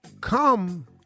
come